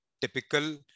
typical